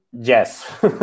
Yes